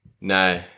No